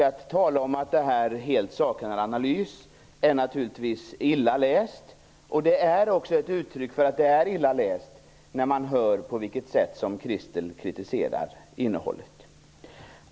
Att tala om att det helt saknar analys är naturligtvis ett uttryck för att man har läst förslaget illa. Det hörs också på Christel Anderbergs sätt att kritisera innehållet.